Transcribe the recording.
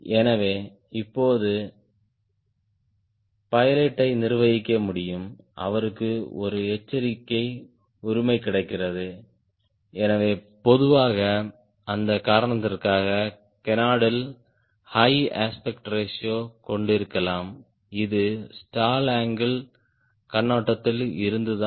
எனவே இப்போது பைலட் டை நிர்வகிக்க முடியும் அவருக்கு ஒரு எச்சரிக்கை உரிமை கிடைக்கிறது எனவே பொதுவாக அந்த காரணத்திற்காக கேனார்ட்ல் ஹை அஸ்பெக்ட் ரேஷியோடன் கொண்டிருக்கலாம் இது ஸ்டால் அங்கிள் கண்ணோட்டத்தில் இருந்துதான்